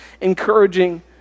encouraging